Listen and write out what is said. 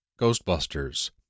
Ghostbusters